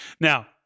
Now